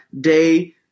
Day